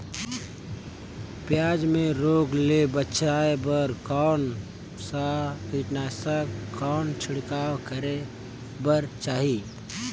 पियाज मे रोग ले बचाय बार कौन सा कीटनाशक कौन छिड़काव करे बर चाही?